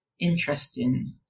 interesting